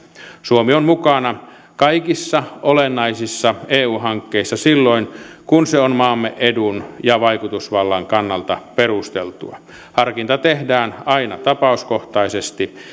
suomi on mukana kaikissa olennaisissa eu hankkeissa silloin kun se on maamme edun ja vaikutusvallan kannalta perusteltua harkinta tehdään aina tapauskohtaisesti